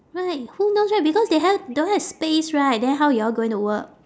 right who knows right because they ha~ don't have space right then how you all going to work